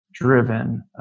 Driven